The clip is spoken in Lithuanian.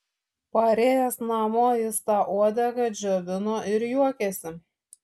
parėjęs namo jis tą uodegą džiovino ir juokėsi